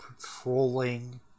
patrolling